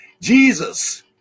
Jesus